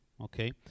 Okay